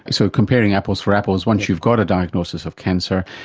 so comparing apples for apples, once you got a diagnosis of cancer,